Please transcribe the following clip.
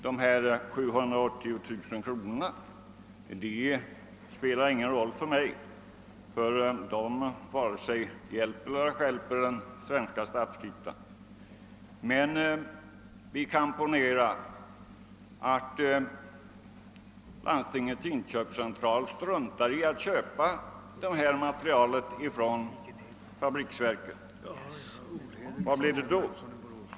De 780000 kronorna spelar ingen roll för mig; de vare sig hjälper eller stjälper den svenska statsskutan. Men ponera att LIC struntar i att köpa detta material från fabriksverket. Vad händer då?